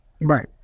right